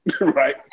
right